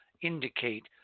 indicate